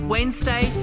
Wednesday